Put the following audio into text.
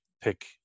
pick